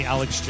Alex